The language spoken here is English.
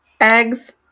eggs